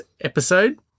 episode